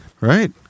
Right